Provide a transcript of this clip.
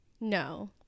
no